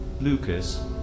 Lucas